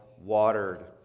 watered